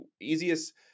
easiest